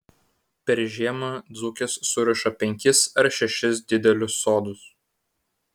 per žiemą dzūkės suriša penkis ar šešis didelius sodus